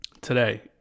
today